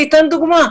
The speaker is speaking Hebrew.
אני אתן דוגמה.